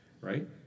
right